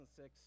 2006